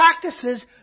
practices